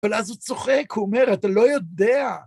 ‫אבל אז הוא צוחק, ‫הוא אומר, אתה לא יודע.